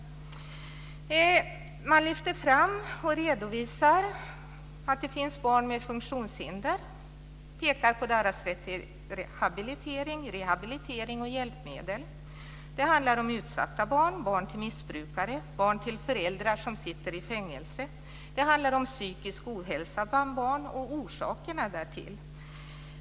I barnskrivelsen lyfter man fram och redovisar att det finns barn med funktionshinder och pekar på deras rätt till habilitering, rehabilitering och hjälpmedel. Det handlar om utsatta barn, barn till missbrukare, barn till föräldrar som sitter i fängelse. Det handlar om psykisk ohälsa bland barn och orsakerna därtill.